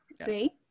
See